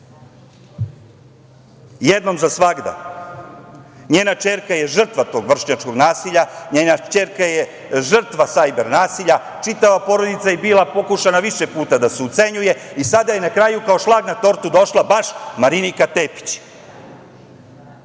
jednom za svagda. Njena ćerka je žrtva tog vršnjačkog nasilja, njena ćerka je žrtva sajber nasilja. Čitava porodica je bila pokušana više puta da se ucenjuje. Sada je na kraju, kao šlag na tortu, došla baš Marinika Tepić.